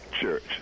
church